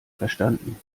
verstanden